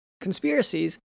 conspiracies